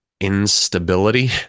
instability